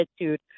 attitude